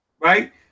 right